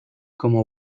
como